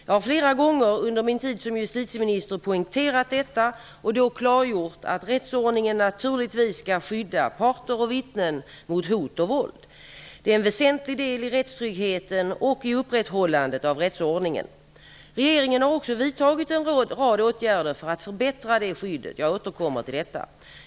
Jag har flera gånger under min tid som justitieminister poängterat detta och då klargjort att rättsordningen naturligtvis skall skydda parter och vittnen mot hot och våld. Det är en väsentlig del i rättstryggheten och i upprätthållandet av rättsordningen. Regeringen har också vidtagit en rad åtgärder för att förbättra det skyddet. Jag återkommer till detta.